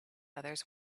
others